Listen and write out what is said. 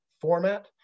format